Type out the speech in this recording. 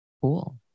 Cool